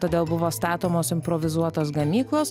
todėl buvo statomos improvizuotos gamyklos